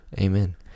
Amen